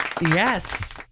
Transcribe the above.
Yes